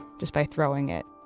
just by throwing it.